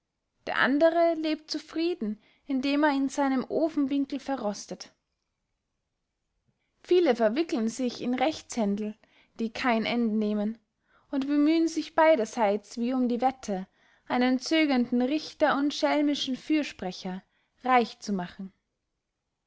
der andere lebt zufrieden indem er in seinem ofenwinkel verrostet viele verwickelen sich in rechtshändel die kein ende nehmen und bemühen sich beyderseits wie um die wette einen zögernden richter und schelmischen fürsprecher reich zu machen